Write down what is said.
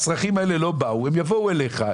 הצרכים האלה יגיעו אליך,